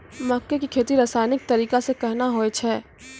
मक्के की खेती रसायनिक तरीका से कहना हुआ छ?